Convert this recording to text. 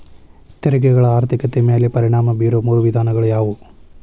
ತೆರಿಗೆಗಳ ಆರ್ಥಿಕತೆ ಮ್ಯಾಲೆ ಪರಿಣಾಮ ಬೇರೊ ಮೂರ ವಿಧಾನಗಳ ಯಾವು